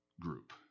group